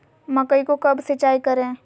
मकई को कब सिंचाई करे?